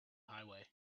highway